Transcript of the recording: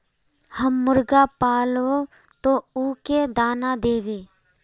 हम मुर्गा पालव तो उ के दाना देव?